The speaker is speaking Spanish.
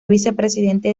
vicepresidente